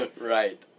right